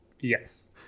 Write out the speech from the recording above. Yes